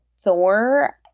Thor